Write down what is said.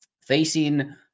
facing